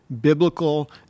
biblical